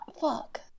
Fuck